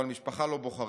משפחה לא בוחרים,